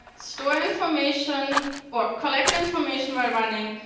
store information or collect information by running,